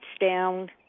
down